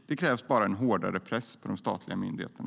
- det krävs bara hårdare press på de statliga myndigheterna.